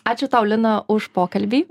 ačiū tau lina už pokalbį